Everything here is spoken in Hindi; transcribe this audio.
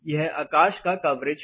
यह आकाश का कवरेज है